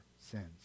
sins